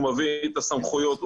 הוא מביא את הסמכויות,